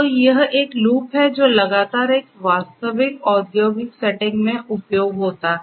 तो यह एक लूप है जो लगातार एक वास्तविक औद्योगिक सेटिंग में उपयोग होता है